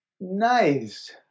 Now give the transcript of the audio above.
Nice